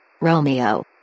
Romeo